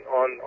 on